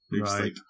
right